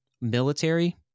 military